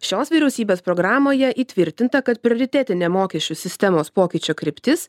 šios vyriausybės programoje įtvirtinta kad prioritetinė mokesčių sistemos pokyčių kryptis